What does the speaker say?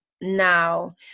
now